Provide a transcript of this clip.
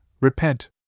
repent